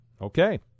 Okay